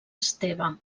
esteve